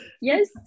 yes